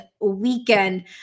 weekend